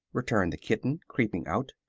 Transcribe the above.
returned the kitten, creeping out.